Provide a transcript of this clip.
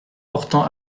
portant